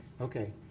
Okay